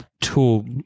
Tool